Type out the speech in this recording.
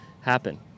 happen